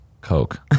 Coke